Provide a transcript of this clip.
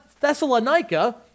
Thessalonica